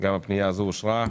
הצבעה פנייה 191,192 אושרה.